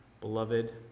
beloved